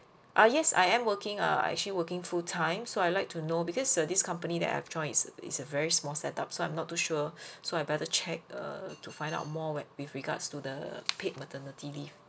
ah yes I am working err I actually working full time so I'd like to know because uh this company that I've joined is is a very small setup so I'm not too sure so I better check err to find out more where with regards to the paid maternity leave